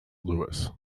louis